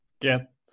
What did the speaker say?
get